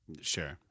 sure